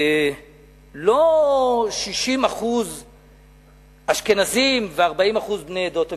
לא 60% אשכנזים ו-40% בני עדות המזרח,